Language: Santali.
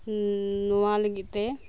ᱱᱚᱶᱟ ᱞᱟᱜᱤᱫ ᱛᱮ